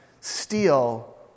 steal